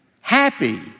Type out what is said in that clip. Happy